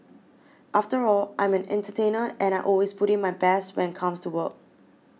after all I'm an entertainer and I always put in my best when comes to work